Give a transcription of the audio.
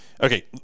okay